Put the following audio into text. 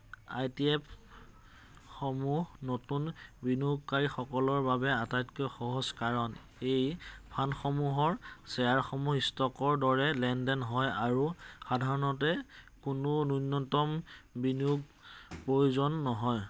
আইটিএফসমূহ নতুন বিনিয়োগকাৰীসকলৰ বাবে আটাইতকৈ সহজ কাৰণ এই ফাণ্ডসমূহৰ শ্বেয়াৰসমূহ ষ্টকৰ দৰেই লেনদেন হয় আৰু সাধাৰণতে কোনো নূন্যতম বিনিয়োগৰ প্ৰয়োজন নহয়